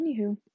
anywho